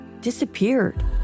disappeared